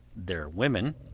their women,